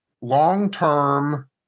long-term